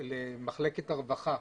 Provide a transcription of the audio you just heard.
למחלקת הרווחה,